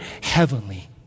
heavenly